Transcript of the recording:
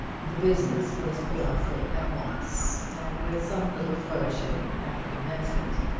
the business was put on foot at once, and with some little flourishing at the commencement,